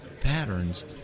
patterns